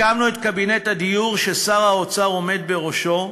הקמנו את קבינט הדיור, ששר האוצר עומד בראשו,